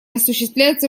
осуществляется